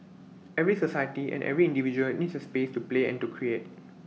every society and every individual needs A space to play and to create